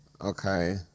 Okay